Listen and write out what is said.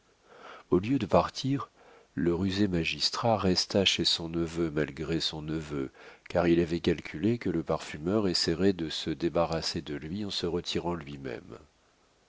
au lieu de partir le rusé magistrat resta chez son neveu malgré son neveu car il avait calculé que le parfumeur essaierait de se débarrasser de lui en se retirant lui-même